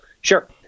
sure